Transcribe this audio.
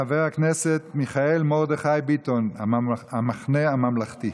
חבר הכנסת מיכאל מרדכי ביטון, המחנה הממלכתי.